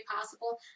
possible